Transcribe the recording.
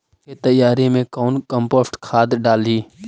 खेत तैयारी मे कौन कम्पोस्ट खाद डाली?